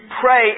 pray